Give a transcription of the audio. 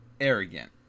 arrogant